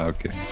Okay